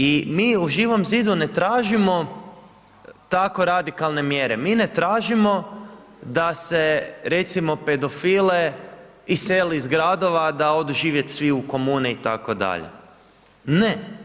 I mi u Živom zidu ne tražimo tako radikalne mjere, mi ne tražimo da se recimo pedofile iseli iz gradova do odu živjet u komune itd., ne.